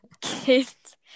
kids